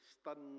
stunned